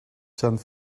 san